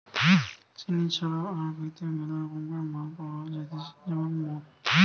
চিনি ছাড়াও আখ হইতে মেলা রকমকার মাল পাওয়া যাইতেছে যেমন মদ